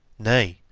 nay,